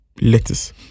lettuce